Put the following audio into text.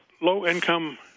low-income